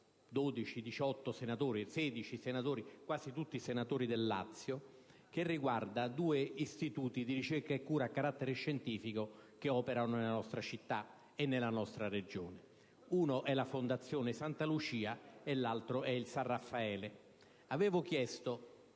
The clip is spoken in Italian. a firma di 16 senatori, quasi tutti colleghi del Lazio, che riguarda due strutture di ricerca e cura a carattere scientifico che operano nella nostra città e nella nostra Regione: la Fondazione Santa Lucia e l'Istituto San Raffaele. Avevo chiesto